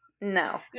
No